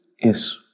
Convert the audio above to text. Yes